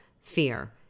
fear